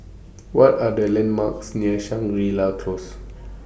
What Are The landmarks near Shangri La Close